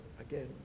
again